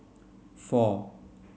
four